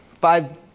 five